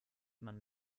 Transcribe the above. man